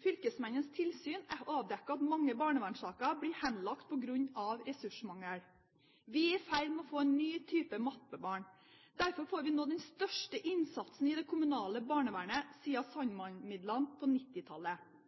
Fylkesmennenes tilsyn avdekker at mange barnevernssaker blir henlagt på grunn av ressursmangel. Vi er i ferd med å få en ny type mappebarn. Derfor får vi nå den største innsatsen i det kommunale barnevernet